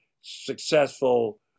successful